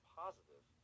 positive